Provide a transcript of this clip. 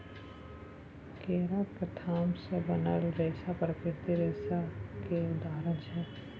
केराक थाम सँ बनल रेशा प्राकृतिक रेशा केर उदाहरण छै